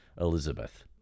Elizabeth